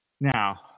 Now